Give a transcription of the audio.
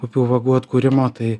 upių vagų atkūrimo tai